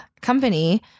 company